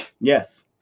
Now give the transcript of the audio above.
Yes